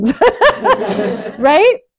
Right